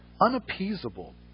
unappeasable